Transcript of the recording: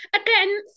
again